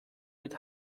mit